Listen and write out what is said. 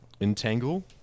Entangle